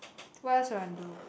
what else you want do